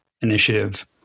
initiative